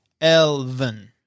elven